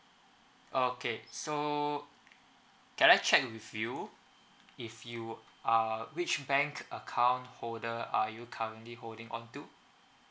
okay so can I check with you if you uh which bank account holder are you currently holding on to